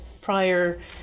prior